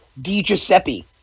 DiGiuseppe